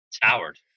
Howard